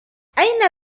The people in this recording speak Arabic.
أين